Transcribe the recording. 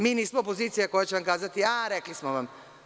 Mi nismo opozicija koja će vam kazati – a, rekli smo vam.